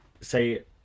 say